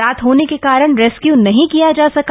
रात हामे के कारण रेस्क्यू नहीं किया जा सका